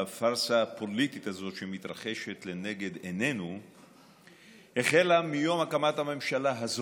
הפארסה הפוליטית הזאת שמתרחשת לנגד עינינו החלה מיום הקמת הממשלה הזאת,